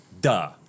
Duh